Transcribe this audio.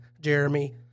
jeremy